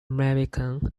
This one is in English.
american